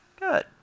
Good